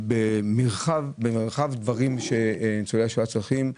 במרחב שניצולי השואה צריכים אותו.